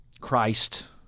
Christ